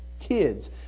kids